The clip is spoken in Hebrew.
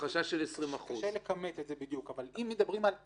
קשה לכמת את זה בדיוק, אבל אם מדברים על "עלול",